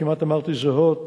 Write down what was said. כמעט אמרתי זהות,